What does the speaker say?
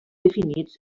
definits